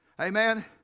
Amen